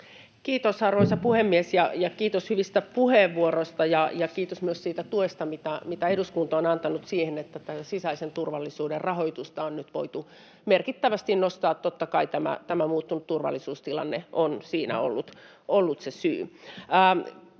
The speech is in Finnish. Kiitos, arvoisa puhemies! Kiitos hyvistä puheenvuoroista ja kiitos myös siitä tuesta, mitä eduskunta on antanut siihen, että sisäisen turvallisuuden rahoitusta on nyt voitu merkittävästi nostaa. Totta kai tämä muuttunut turvallisuustilanne on siinä ollut se syy.